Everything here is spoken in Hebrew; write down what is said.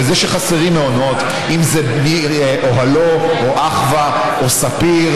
זה שחסרים מעונות, באוהלו, אחוה או ספיר,